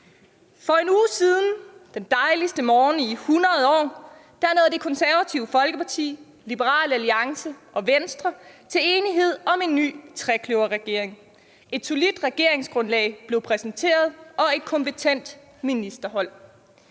For en uge siden, den dejligste morgen i 100 år, nåede Det Konservative Folkeparti, Liberal Alliance og Venstre til enighed om en ny trekløverregering. Et solidt regeringsgrundlag blev præsenteret og et kompetent ministerhold.